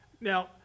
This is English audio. Now